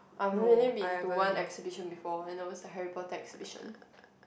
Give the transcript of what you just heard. I've only been to one exhibition before and that was the Harry Potter exhibition